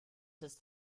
ist